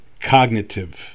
cognitive